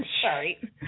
Sorry